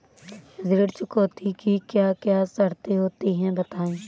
ऋण चुकौती की क्या क्या शर्तें होती हैं बताएँ?